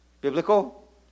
Biblical